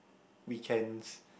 weekends